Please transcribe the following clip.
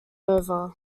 over